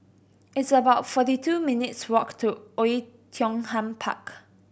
it's about forty two minutes' walk to Oei Tiong Ham Park